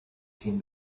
fin